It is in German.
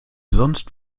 sonst